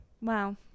Wow